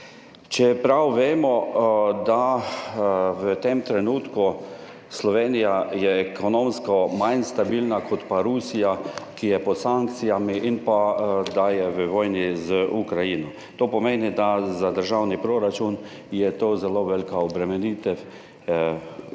čeprav vemo, da v tem trenutku Slovenija je ekonomsko manj stabilna kot pa Rusija, ki je pod sankcijami, in pa da je v vojni z Ukrajino. To pomeni, da za državni proračun je to zelo velika obremenitev